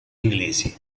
inglesi